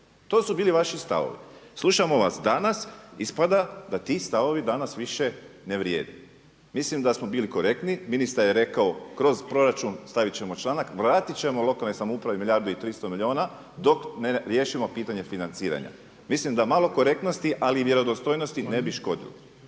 To su bili vaši stavovi. Slušamo vas danas. Ispada da ti stavovi danas više ne vrijede. Mislim da smo bili korektni. Ministar je rekao kroz proračun stavit ćemo članak, vratit ćemo lokalnoj samoupravi milijardu i 300 milijuna dok ne riješimo pitanje financiranja. Mislim da malo korektnosti ali i vjerodostojnosti ne bi škodilo.